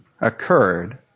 occurred